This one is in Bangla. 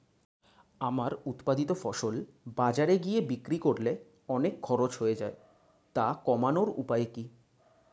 আমার উৎপাদিত ফসল বাজারে গিয়ে বিক্রি করলে অনেক খরচ হয়ে যায় তা কমানোর উপায় কি?